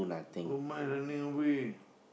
oh my a new way